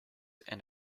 and